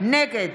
נגד